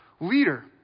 leader